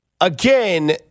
Again